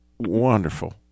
Wonderful